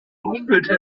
rumpelte